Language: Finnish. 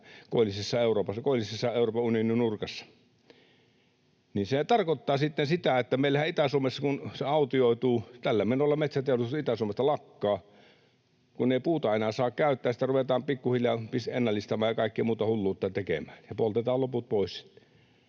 koillisessa Euroopan unionin nurkassa meillä Itä-Suomessa — autioituu. Tällä menolla metsäteollisuus Itä-Suomesta lakkaa, kun ei puuta enää saa käyttää ja ruvetaan pikkuhiljaa ennallistamaan ja kaikkea muuta hulluutta tekemään ja poltetaan loput pois